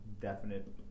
Definite